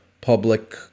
public